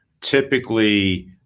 typically